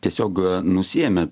tiesiog nusiėmė